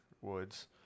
Woods